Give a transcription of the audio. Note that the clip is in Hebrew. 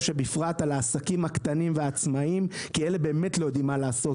שבפרט על העסקים הקטנים והעצמאים כי אלה באמת לא יודעים מה לעשות